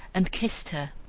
and kissed her,